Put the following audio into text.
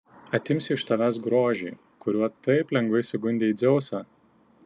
atimsiu iš tavęs grožį kuriuo taip lengvai sugundei dzeusą